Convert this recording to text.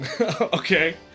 Okay